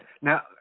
Now